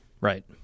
Right